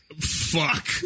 Fuck